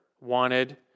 wanted